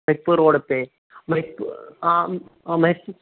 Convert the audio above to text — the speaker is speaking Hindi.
मेट्रो रोड पे मनिकपुर